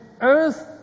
earth